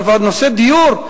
אבל בנושא הדיור,